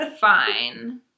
Fine